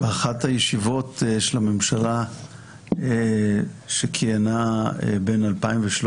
באחת מישיבות הממשלה שכיהנה בין 2013